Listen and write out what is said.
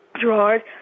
Gerard